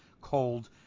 cold